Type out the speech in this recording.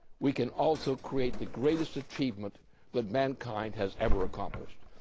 we can also create the greatest achievement that mankind has ever accomplished.